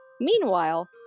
Meanwhile